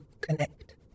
connect